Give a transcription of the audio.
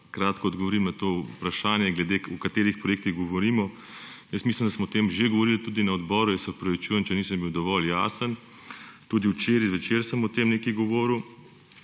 kratko odgovorim na to vprašanje, o katerih projektih govorimo. Mislim, da smo o tem že govorili na odboru, se opravičujem, če nisem bil dovolj jasen. Tudi včeraj zvečer sem o tem nekaj govoril.